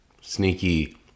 sneaky